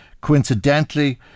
coincidentally